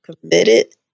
committed